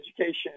education